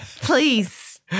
please